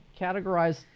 categorize